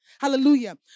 Hallelujah